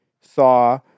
saw